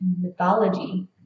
mythology